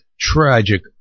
tragic